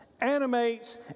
animates